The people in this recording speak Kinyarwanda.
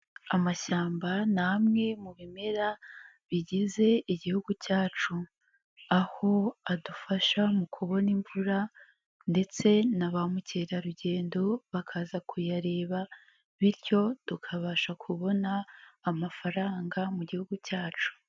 Amashyamba ni amwe mu bimera bigize Igihugu cyacu, aho adufasha mu kubona imvura ndetse na ba mukerarugendo bakaza kuyareba bityo tukabasha kubona amafaranga mu gihugu cyacu.